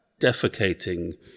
defecating